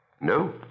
No